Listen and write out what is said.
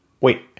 wait